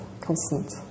constant